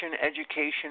education